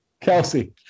Kelsey